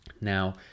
Now